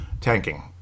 tanking